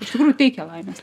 iš tikrųjų teikia laimės